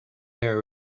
their